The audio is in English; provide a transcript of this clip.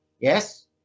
yes